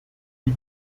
die